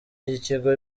y’ikigo